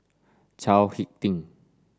Chao Hick Tin